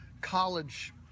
college